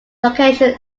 location